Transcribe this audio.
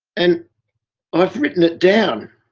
and i've written it down,